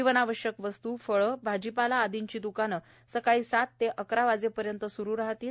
जीवनावश्यक वस्तू फळे भाजीपाला आदीची द्कानं सकाळी सात ते अकरा वाजेपर्यंत स्रु राहतील